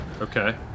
Okay